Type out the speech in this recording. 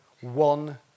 one